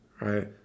Right